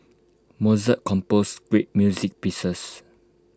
Mozart composed great music pieces